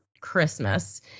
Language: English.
Christmas